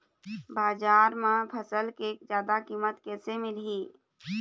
बजार म फसल के जादा कीमत कैसे मिलही?